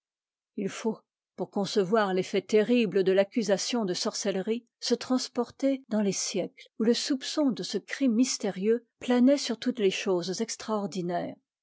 il faut pour concevoir l'effet terrible de l'accusation de sorcellerie se transporter dans les siècles où le soupçon de ce crime mystérieux planait sur toutes les choses extraordinaires